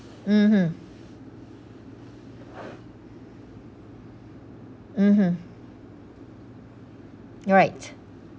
mmhmm mmhmm right